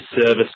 service